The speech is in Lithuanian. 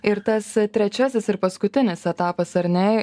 ir tas trečiasis ir paskutinis etapas ar ne